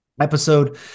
episode